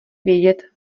vědět